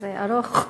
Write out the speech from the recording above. זה ארוך.